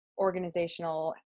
organizational